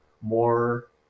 more